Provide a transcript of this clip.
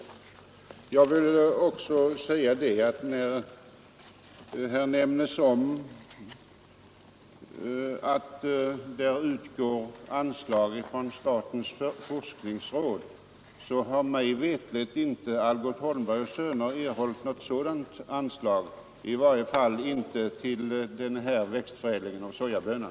Här nämnes att det utgår anslag från statens forskningsråd, men mig veterligt har inte Algot Holmberg och Söner AB erhållit något sådant anslag, i varje fall inte till den här förädlingen av sojabönan.